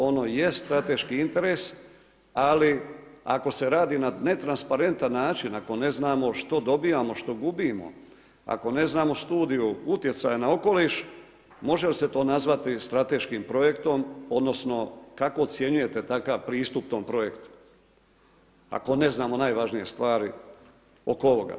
Ono jest strateški interes, ali ako se radi na netransparentan način, ako ne znamo što dobivamo što gubimo, ako ne znamo studiju utjecaja na okoliš, može li se to nazvati strateškim projektom, odnosno, kako ocjenjujete takav pristup tom projektu, ako ne znamo najvažnije stvari oko ovoga.